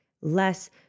less